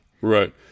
right